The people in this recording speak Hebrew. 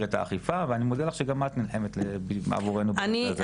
את האכיפה ואני מודה לך שגם את נלחמת עבורנו העניין הזה.